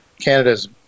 Canada's